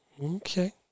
Okay